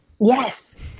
Yes